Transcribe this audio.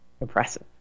impressive